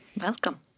Welcome